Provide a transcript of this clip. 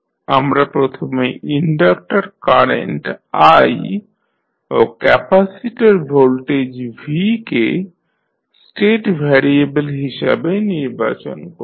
আমরা প্রথমে inductor current i ও ক্যাপাসিটর ভোল্টেজ v কে স্টেট ভ্যারিয়েবল হিসাবে নির্বাচন করব